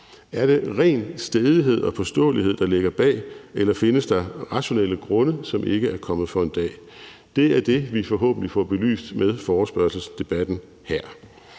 Er det ren stædighed og påståelighed, der ligger bag, eller findes der rationelle grunde, som ikke er kommet for en dag? Det er det, vi forhåbentlig får belyst med forespørgselsdebatten her.